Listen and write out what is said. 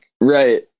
Right